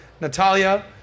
Natalia